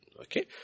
Okay